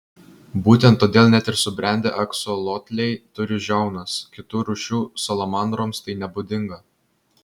būtent todėl net ir subrendę aksolotliai turi žiaunas kitų rūšių salamandroms tai nebūdinga